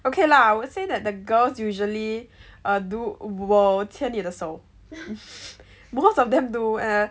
okay lah I would say that the girls usually err do will 牵你的手 most of them do err